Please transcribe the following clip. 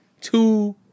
two